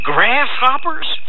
Grasshoppers